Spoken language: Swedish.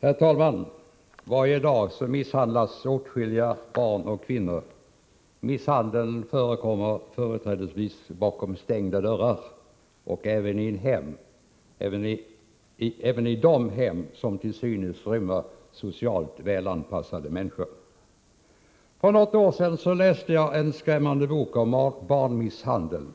Herr talman! Varje dag misshandlas åtskilliga barn och kvinnor. Misshandel förekommer företrädesvis bakom stängda dörrar och i hem — även i de hem som till synes rymmer socialt välanpassade människor. För något år sedan läste jag en spännande bok om barnmisshandel.